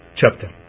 chapter